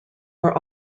were